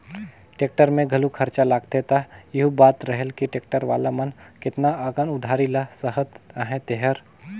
tractor में घलो खरचा लागथे त एहू बात रहेल कि टेक्टर वाला मन केतना अकन उधारी ल सहत अहें तेहर